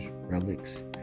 relics